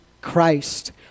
Christ